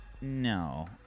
No